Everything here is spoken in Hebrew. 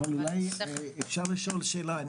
אז אולי, אפשר לשאול שאלה.